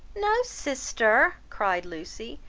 no sister, cried lucy,